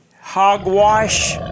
hogwash